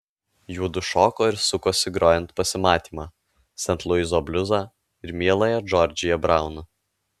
juodu šoko ir sukosi grojant pasimatymą sent luiso bliuzą ir mieląją džordžiją braun